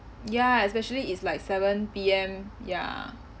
ya especially it's like seven P_M ya